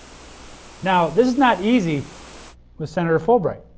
now, this is not easy with senator fulbright.